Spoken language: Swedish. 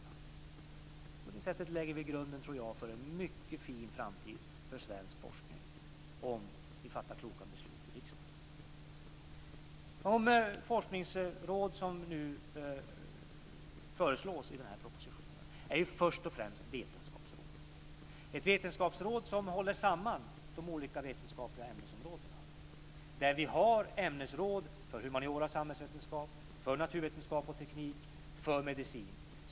På det sättet tror jag att vi lägger grunden för en mycket fin framtid för svensk forskning, om vi fattar kloka beslut i riksdagen. De forskningsråd som nu föreslås i propositionen är först och främst vetenskapsrådet. Det är ett vetenskapsråd som håller samman de olika vetenskapliga ämnesområdena. Vi har ämnesråd för humaniorasamhällsvetenskap, för naturvetenskap och teknik och för medicin.